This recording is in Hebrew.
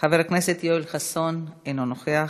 חבר הכנסת יואל חסון, אינו נוכח,